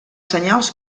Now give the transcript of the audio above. senyals